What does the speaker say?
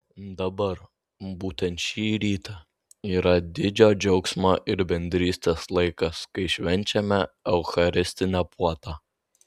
dabar būtent šį rytą yra didžio džiaugsmo ir bendrystės laikas kai švenčiame eucharistinę puotą